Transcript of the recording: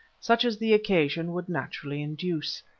such as the occasion would naturally induce.